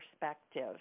perspective